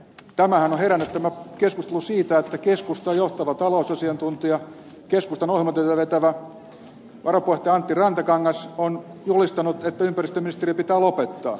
tämä keskusteluhan on herännyt siitä että keskustan johtava talousasiantuntija keskustan ohjelmatyötä vetävä varapuheenjohtaja antti rantakangas on julistanut että ympäristöministeriö pitää lopettaa